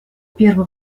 первый